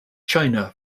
china